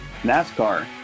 NASCAR